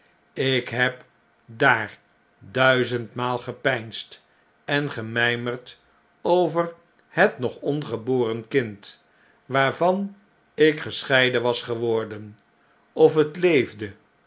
lk heb daar duizendmaal gepeinsd en gemymerd over het nog ongeboren kind waarvan ik gescheiden was geworden of het leefde